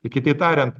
ir kitai tariant